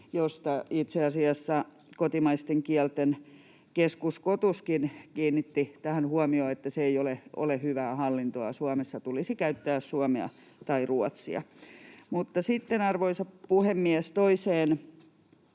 ja itse asiassa Kotimaisten kielten keskus Kotuskin kiinnitti tähän huomiota, että se ei ole hyvää hallintoa, Suomessa tulisi käyttää suomea tai ruotsia. Sitten, arvoisa puhemies, toiseen